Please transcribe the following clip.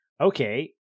Okay